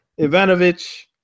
Ivanovic